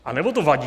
Anebo to vadí?